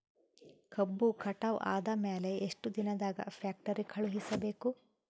ಕಬ್ಬು ಕಟಾವ ಆದ ಮ್ಯಾಲೆ ಎಷ್ಟು ದಿನದಾಗ ಫ್ಯಾಕ್ಟರಿ ಕಳುಹಿಸಬೇಕು?